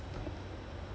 ah